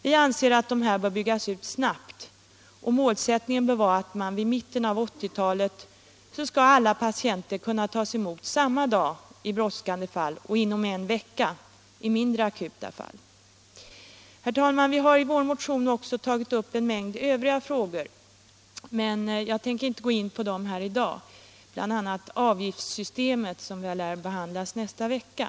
Vi anser att vårdcentralerna bör byggas ut snabbt, och målsättningen bör vara att vid mitten av 1980-talet skall alla patienter kunna tas emot samma dag i brådskande fall och inom en vecka i mindre akuta fall. Herr talman! Vi har tagit upp en mängd övriga frågor, bl.a. avgiftssystemet, som lär behandlas nästa vecka.